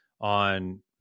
on